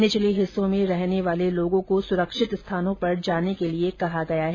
निचले हिस्सों में रहने वाले लोगों को सुरक्षित स्थानों पर जाने के लिए कहा गया है